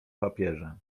papierze